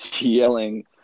yelling –